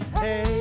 hey